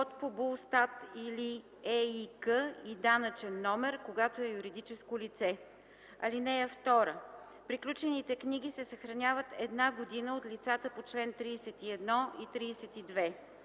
код по БУЛСТАТ или ЕИК и данъчен номер, когато е юридическо лице. (2) Приключените книги се съхраняват една година от лицата по чл. 31 и 32.